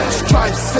stripes